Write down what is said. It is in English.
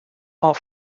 are